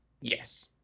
yes